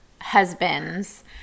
husbands